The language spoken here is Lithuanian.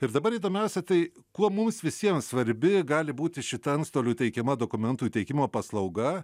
ir dabar įdomiausia tai kuo mums visiems svarbi gali būti šita antstolių teikiama dokumentų teikimo paslauga